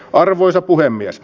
arvoisa puhemies